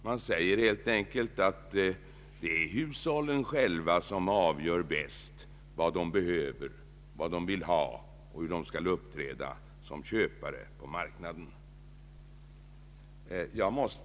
Där säger man helt enkelt att det är hushållen själva som bäst avgör vad de behöver och hur de skall uppträda som köpare på marknaden.